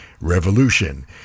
Revolution